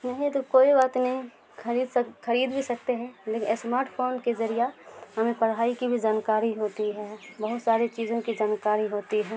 نہیں تو کوئی بات نہیں خرید سک خرید بھی سکتے ہیں لیکن اسمارٹ فون کے ذریعہ ہمیں پڑھائی کی بھی جانکاری ہوتی ہے بہت ساری چیزوں کی جانکاری ہوتی ہے